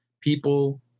People